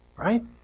right